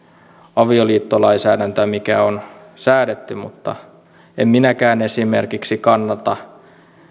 avioliittolainsäädäntöä mikä on säädetty mutta en minäkään kannata